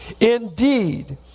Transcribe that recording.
Indeed